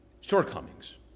shortcomings